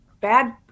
bad